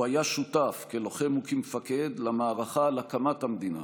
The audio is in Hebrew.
הוא היה שותף כלוחם וכמפקד במערכה על הקמת המדינה,